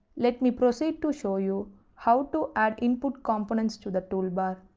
let me proceed to show you how to add input components to the toolbar.